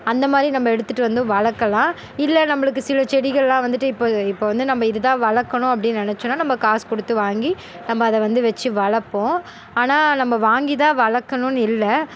அந்தமாதிரி நம்ம எடுத்துகிட்டுவந்தும் வளர்க்கலாம் இல்லை நம்மளுக்கு சில செடிகள்லாம் வந்துட்டு இப்போது இப்போது வந்து நம்ம இது தான் வளர்க்கணும் அப்படின்னு நினச்சோம்னா நம்ம காசு கொடுத்து வாங்கி நம்ம அதை வந்து வச்சு வளர்ப்போம் ஆனால் நம்ம வாங்கி தான் வளர்க்கணும்னு இல்லை